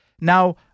Now